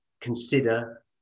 consider